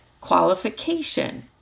qualification